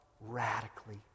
radically